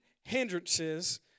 hindrances